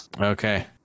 Okay